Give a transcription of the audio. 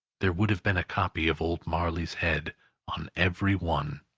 there would have been a copy of old marley's head on every one.